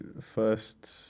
first